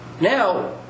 Now